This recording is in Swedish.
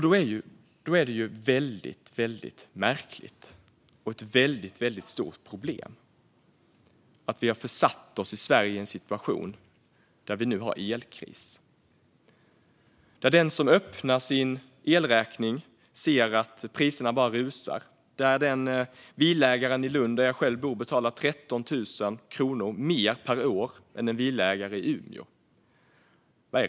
Därför är det väldigt märkligt och ett väldigt stort problem att vi i Sverige har försatt oss i en situation där vi nu har elkris och där den som öppnar sin elräkning ser att priserna bara rusar. En villaägare i Lund, där jag själv bor, betalar 13 000 kronor mer per år än en villaägare i Umeå.